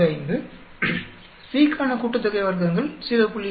125 C க்கான கூட்டுத்தொகை வர்க்கங்கள் 0